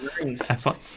excellent